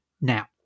Now